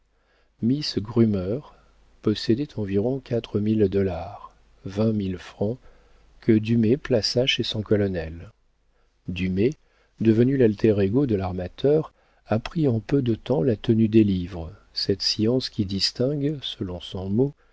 grummer possédait environ quatre mille dollars vingt mille francs que dumay plaça chez son colonel dumay devenu l'alter ego de l'armateur apprit en peu de temps la tenue des livres cette science qui distingue selon son mot